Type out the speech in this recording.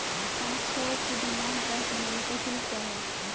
पाँच सौ के डिमांड ड्राफ्ट बनाने का शुल्क क्या है?